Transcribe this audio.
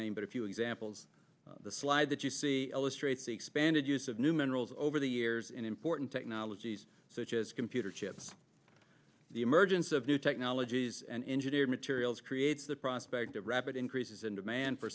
name but a few examples the slide that you see illustrates the expanded use of new minerals over the years in important technologies such as computer chips the emergence of new technologies and engineered materials creates the prospect of rapid increases in demand for